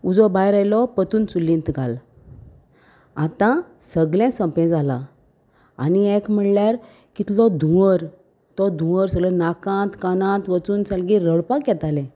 उजो भायर आयलो पतून चुल्लींत घाल आतां सगळें सोंपें जालां आनी एक म्हणल्यार कितलो धुंवर तो धुंवर सगळो नाकांत कानांत वचून सारकें रडपाक येतालें